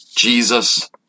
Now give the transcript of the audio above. Jesus